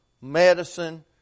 medicine